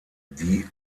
die